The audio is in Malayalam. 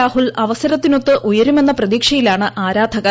രാഹുൽ അവസരത്തിനൊത്തുയരുമെന്ന പ്രതീക്ഷയിലാണ് ആരാധകർ